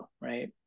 right